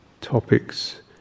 topics